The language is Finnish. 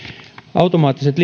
automaattiset